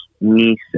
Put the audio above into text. niece